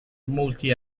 molti